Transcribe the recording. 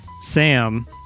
Sam